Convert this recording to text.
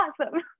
awesome